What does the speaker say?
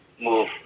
move